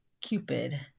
Cupid